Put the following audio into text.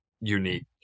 unique